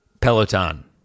Peloton